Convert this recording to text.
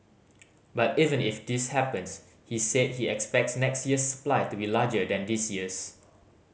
but even if this happens he said he expects next year's supply to be larger than this year's